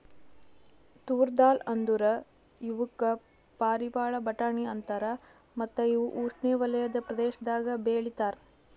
ತೂರ್ ದಾಲ್ ಅಂದುರ್ ಇವುಕ್ ಪಾರಿವಾಳ ಬಟಾಣಿ ಅಂತಾರ ಮತ್ತ ಇವು ಉಷ್ಣೆವಲಯದ ಪ್ರದೇಶದಾಗ್ ಬೆ ಳಿತಾರ್